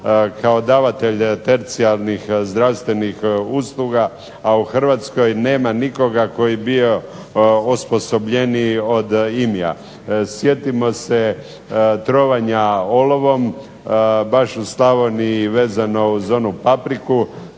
kao davatelj tercijalnih zdravstvenih usluga a u Hrvatskoj nema nikoga tko bi bio osposobljeniji od IMI-a. Sjetimo se trovanja olovom baš u Slavoniji vezanog uz onu papriku,